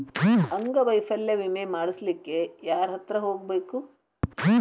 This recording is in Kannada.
ಅಂಗವೈಫಲ್ಯ ವಿಮೆ ಮಾಡ್ಸ್ಲಿಕ್ಕೆ ಯಾರ್ಹತ್ರ ಹೊಗ್ಬ್ಖು?